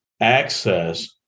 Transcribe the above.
access